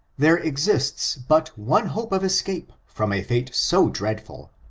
there exists but one hope of escape from a fate so dreadful,